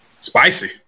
Spicy